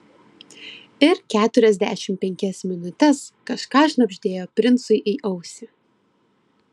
ir keturiasdešimt penkias minutes kažką šnabždėjo princui į ausį